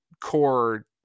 core